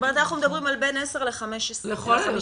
אנחנו מדברים על בין 10 מיליון ל-15 מיליון.